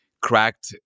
Cracked